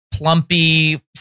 plumpy